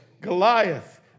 Goliath